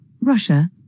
Russia